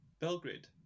Belgrade